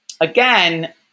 again